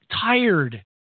tired